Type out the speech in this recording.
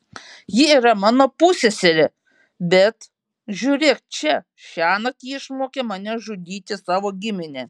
ji yra mano pusseserė bet žiūrėk čia šiąnakt ji išmokė mane žudyti savo giminę